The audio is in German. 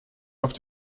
auf